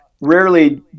rarely